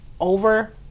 over